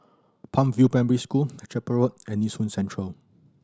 Palm View Primary School Chapel Road and Nee Soon Central